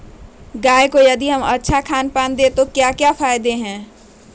गाय को यदि हम अच्छा खानपान दें तो क्या फायदे हैं?